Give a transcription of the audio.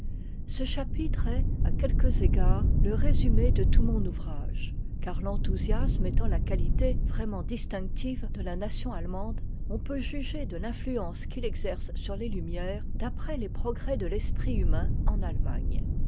ce chapitre est à quelques égards le résumé de tout mon ouvrage car l'enthousiasme étant la qualité vraiment distinctive de la nation allemande on peut juger de l'influence qu'il exerce sur tes lu mières d'après les progrès de l'esprit humain en allemagne